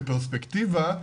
כפרספקטיבה,